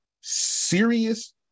serious